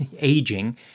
aging